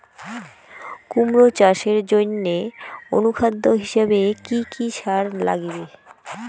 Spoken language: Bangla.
কুমড়া চাষের জইন্যে অনুখাদ্য হিসাবে কি কি সার লাগিবে?